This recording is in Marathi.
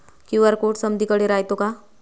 क्यू.आर कोड समदीकडे रायतो का?